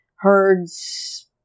Herds